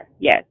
Yes